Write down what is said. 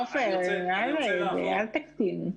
עפר, אל תקטין .